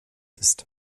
ist